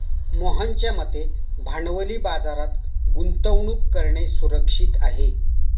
मोहनच्या मते भांडवली बाजारात गुंतवणूक करणं सुरक्षित आहे